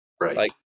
right